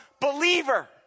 believer